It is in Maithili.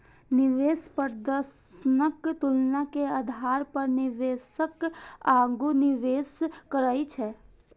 निवेश प्रदर्शनक तुलना के आधार पर निवेशक आगू निवेश करै छै